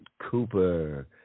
Cooper